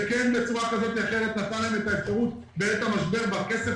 ובצורה כזאת או אחרת זה כן נתן להם את האפשרות בעת המשבר בכסף